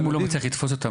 אם הוא לא מצליח לתפוס אותם,